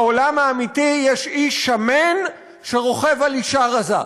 בעולם האמיתי יש איש שמן שרוכב על אישה רזה.